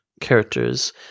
characters